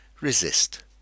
resist